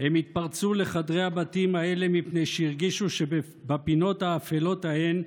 הם התפרצו לחדרי הבתים האלה מפני שהרגישו שבפינות האפלות ההן,